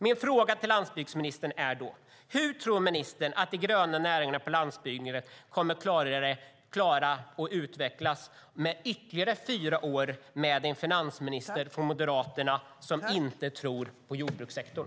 Min fråga till landsbygdsministern är då: Hur tror ministern att de gröna näringarna på landsbygden kommer att klara sig och utvecklas i ytterligare fyra år med en finansminister från Moderaterna som inte tror på jordbrukssektorn?